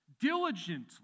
diligently